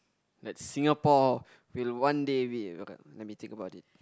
that Singapore will one day be ok let me think about it